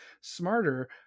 smarter